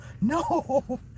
No